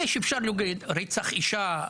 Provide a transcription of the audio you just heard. אפשר להגיד רצח אישה,